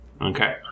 Okay